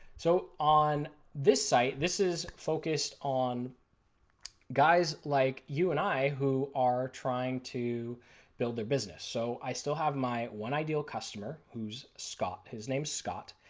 so on this site, this is focused on guys like you and i who are trying to build their business, so i still have my one ideal customer who is scott. his name is scott,